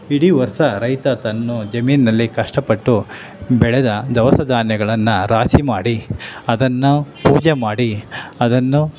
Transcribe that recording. ಇಡೀ ವರ್ಷ ರೈತ ತನ್ನ ಜಮೀನಿನಲ್ಲಿ ಕಷ್ಟಪಟ್ಟು ಬೆಳೆದ ದವಸ ಧಾನ್ಯಗಳನ್ನ ರಾಶಿ ಮಾಡಿ ಅದನ್ನು ಪೂಜೆ ಮಾಡಿ ಅದನ್ನು